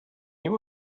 you